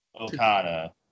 Okada